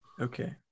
Okay